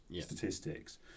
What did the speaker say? statistics